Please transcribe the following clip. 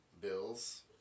Bills